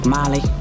Molly